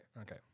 okay